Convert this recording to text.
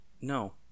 no